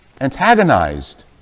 antagonized